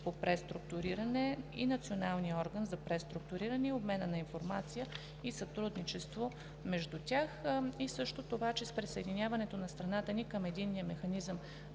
по преструктуриране и националния орган за преструктуриране и обмена на информация и сътрудничество между тях. С присъединяването на страната ни към Единния механизъм